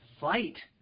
Fight